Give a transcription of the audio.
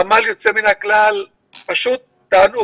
חמ"ל יוצא מן הכלל, פשוט תענוג.